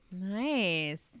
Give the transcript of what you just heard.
Nice